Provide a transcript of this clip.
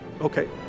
okay